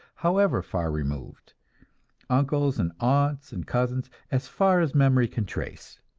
however far removed uncles and aunts and cousins, as far as memory can trace.